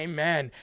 Amen